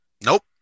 nope